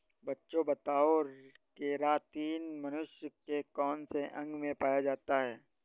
बच्चों बताओ केरातिन मनुष्य के कौन से अंग में पाया जाता है?